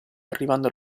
arrivando